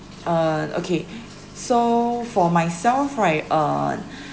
uh okay so for myself right on